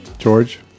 George